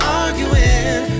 arguing